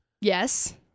Yes